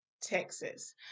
texas